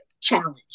challenge